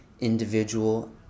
individual